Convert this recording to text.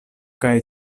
kaj